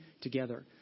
together